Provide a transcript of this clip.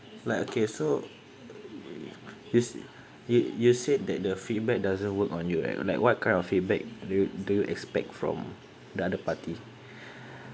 like okay so you said you you said that the feedback doesn't work on you at like what kind of feedback do you do you expect from the other party